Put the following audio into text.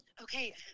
Okay